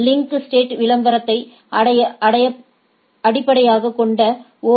link state விளம்பரத்தை அடிப்படையாகக் கொண்ட ஓ